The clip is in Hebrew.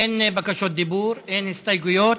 אין בקשות דיבור, אין הסתייגויות.